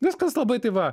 viskas labai tai va